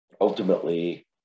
Ultimately